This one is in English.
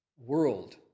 world